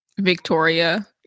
Victoria